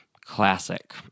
Classic